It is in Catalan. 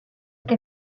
que